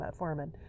Metformin